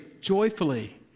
joyfully